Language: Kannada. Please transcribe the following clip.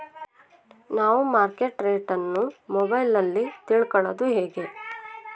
ನಾವು ಮಾರ್ಕೆಟ್ ರೇಟ್ ಅನ್ನು ಮೊಬೈಲಲ್ಲಿ ತಿಳ್ಕಳೋದು ಹೇಗೆ?